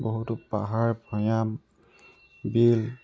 বহুতো পাহাৰ ভৈয়াম বিল